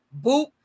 boop